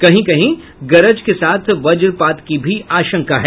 कहीं कहीं गरज के साथ वज्रपात की भी आशंका है